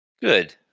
Good